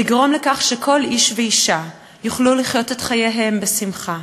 לגרום לכך שכל איש ואישה יוכלו לחיות את חייהם בשמחה,